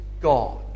God